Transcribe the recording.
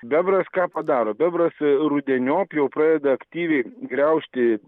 bebras ką padaro bebras rudeniop jau pradeda aktyviai graužti